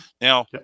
Now